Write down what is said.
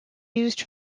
used